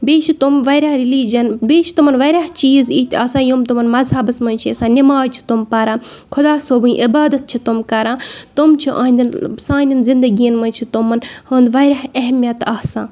بیٚیہِ چھِ تِم واریاہ رِلِجَن بیٚیہِ چھِ تِمَن واریاہ چیٖز اِتھۍ آسان یِم تِمَن مَذہَبَس منٛز چھِ آسان نِماز چھِ تِم پَران خۄدا صٲبٕنۍ عبادت چھِ تِم کَران تِم چھِ أہٕنٛدٮ۪ن مطلب سانٮ۪ن زِندگِیَن منٛز چھِ تِمَن ہُنٛد واریاہ اہمیت آسان